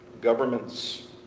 governments